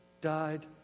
died